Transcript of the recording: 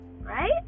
Right